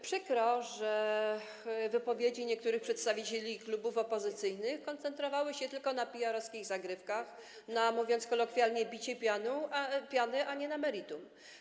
Przykro, że wypowiedzi niektórych przedstawicieli klubów opozycyjnych koncentrowały się tylko na PR-owskich zagrywkach, na - mówiąc kolokwialnie - biciu piany, a nie na meritum.